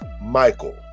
Michael